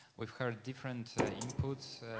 we heard different inputs,